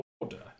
order